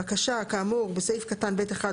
בקשה כאמור בסעיף קטן (ב)(1),